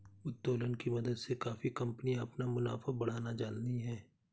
उत्तोलन की मदद से काफी कंपनियां अपना मुनाफा बढ़ाना जानती हैं